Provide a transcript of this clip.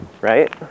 right